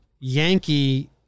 Yankee